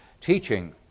teaching